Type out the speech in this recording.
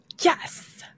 yes